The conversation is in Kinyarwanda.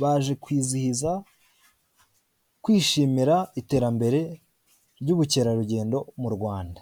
baje kwizihiza, kwishimira iterambere ry'ubukerarugendo mu Rwanda.